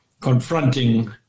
confronting